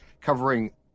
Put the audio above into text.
covering